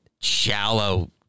shallow